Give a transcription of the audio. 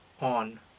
on